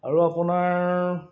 আৰু আপোনাৰ